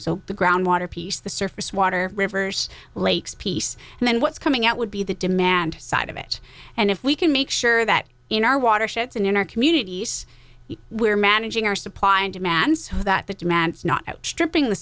so the groundwater piece the surface water rivers lakes piece and then what's coming out would be the demand side of it and if we can make sure that in our water ships and in our communities we're managing our supply and demand so that the demand is not outstripping the